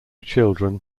children